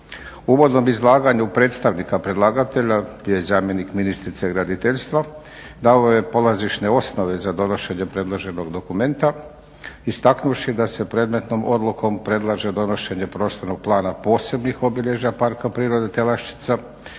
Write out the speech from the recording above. uvodnom izlaganju predstavnika predlagatelja, bio je zamjenik ministrice graditeljstva, dao je polazišne osnove za donošenje predloženog dokumenta istaknuvši da se predmetnom odlukom predlaže donošenje Prostornog plana posebnih obilježja Parka prirode Telaščica